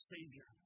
Savior